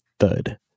thud